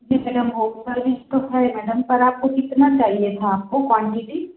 जी madam home service तो है madam पर आपको कितना चाहिए था आपको क्वांटिटी